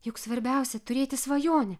juk svarbiausia turėti svajonę